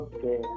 Okay